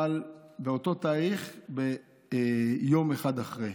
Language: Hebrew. אבל באותו תאריך, יום אחד אחרי.